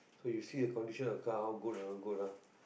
so you see the condition of the car how or not good ah